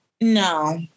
No